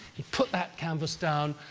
he'd put that canvas down,